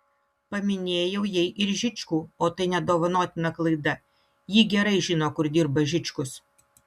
paminėjau jai ir žičkų o tai nedovanotina klaida ji gerai žino kur dirba žičkus